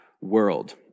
world